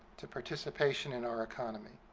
to participation in our economy.